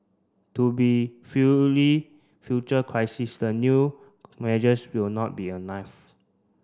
to be future crisis the new measures will not be enough